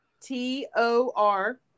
T-O-R